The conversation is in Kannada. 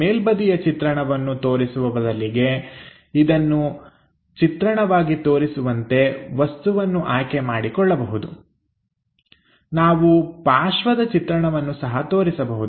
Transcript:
ಮೇಲ್ಬದಿಯ ಚಿತ್ರಣವನ್ನು ತೋರಿಸುವ ಬದಲಿಗೆ ಇದನ್ನು ಚಿತ್ರಣವಾಗಿ ತೋರಿಸುವಂತೆ ವಸ್ತುವನ್ನು ಆಯ್ಕೆಮಾಡಿಕೊಳ್ಳಬಹುದು ನಾವು ಪಾರ್ಶ್ವದ ಚಿತ್ರಣವನ್ನು ಸಹ ತೋರಿಸಬಹುದು